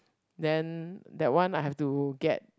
then that one I have to get